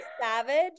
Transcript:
savage